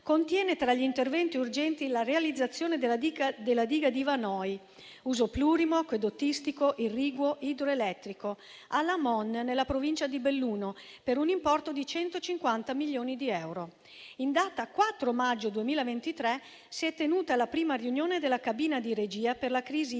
contiene, tra gli interventi urgenti, la realizzazione della diga di Vanoi (ad uso plurimo: acquedottistico, irriguo, idroelettrico) a Lamon, nella provincia di Belluno, per un importo di 150 milioni di euro. In data 4 maggio 2023, si è tenuta la prima riunione della cabina di regia per la crisi idrica,